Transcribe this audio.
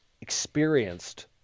experienced